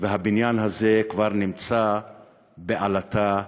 והבניין הזה כבר נמצא בעלטה כבדה.